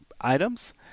items